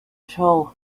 shall